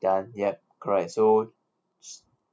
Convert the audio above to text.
ya yup correct so